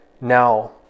now